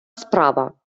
справа